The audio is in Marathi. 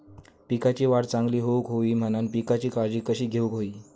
पिकाची वाढ चांगली होऊक होई म्हणान पिकाची काळजी कशी घेऊक होई?